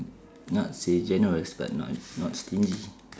not say generous but not not stingy